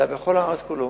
אלא בכל הארץ כולה